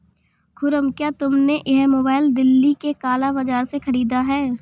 खुर्रम, क्या तुमने यह मोबाइल दिल्ली के काला बाजार से खरीदा है?